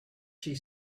she